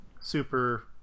Super